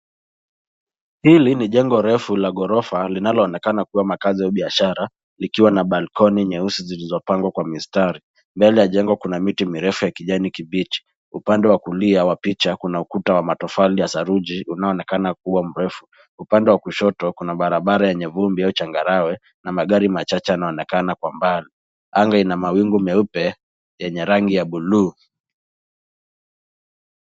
Hili ni jengo refu la ghorofa linalo onekana kuwa makazi au biashara likiwa na balkoni nyeusi zilizo pangwa mistari. Mbele ya jengo kuna miti mirefu ya kijani kibichi, upande kulia wa picha kuna ukuta wa matofali ya saruji unayo onekana kuwa mrefu , upande wa kushoto kuna barabara yenye vumbi au changarawe na magari machache yanaonekana kwa mbali. Anga ina mawingu meupe yenye rangi ya buluu.